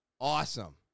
awesome